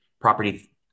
property